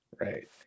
Right